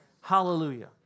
Hallelujah